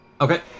Okay